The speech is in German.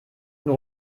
nur